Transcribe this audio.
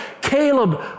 Caleb